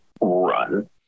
run